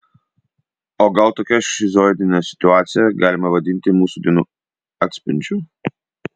o gal tokią šizoidinę situaciją galima vadinti mūsų dienų atspindžiu